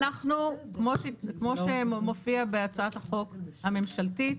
כמו שמופיע בהצעת החוק הממשלתית,